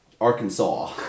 Arkansas